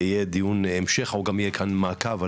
יהיה דיון המשך או שגם יהיה כאן מעקב על